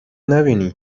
نبینی